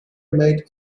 made